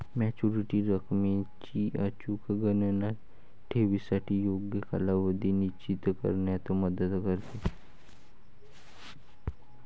maturity रकमेची अचूक गणना ठेवीसाठी योग्य कालावधी निश्चित करण्यात मदत करते